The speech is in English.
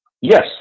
Yes